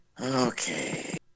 Okay